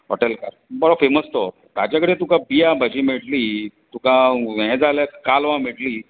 हॉटेलकार बरो फेमस तो ताजे कडेन तुका बिया भाजी मेळटली तुका हे जाले कालवा मेळटली